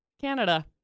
Canada